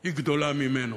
גדולה ממנו.